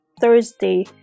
Thursday